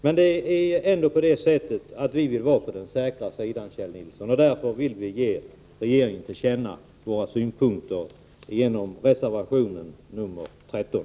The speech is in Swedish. Men vi vill, Kjell Nilsson, vara på den säkra sidan, och därför vill vi ge regeringen till känna våra synpunkter genom reservation 13.